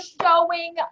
showing